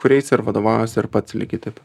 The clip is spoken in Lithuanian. kuriais ir vadovaujuosi ir pats lygiai taip pat